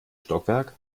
stockwerk